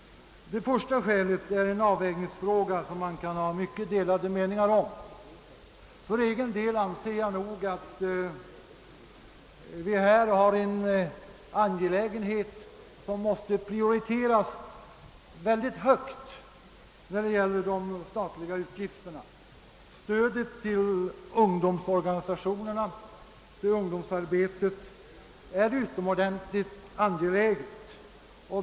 Det första skälet gäller en avvägningsfråga som man kan ha mycket delade meningar om. För egen del anser jag att det här är fråga om en angelägenhet som måste prioriteras mycket högt vid bestämmande av de statliga utgifterna. Stödet till ungdomsorganisationerna är utomordentligt angeläget.